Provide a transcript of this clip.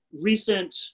recent